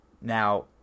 Now